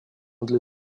для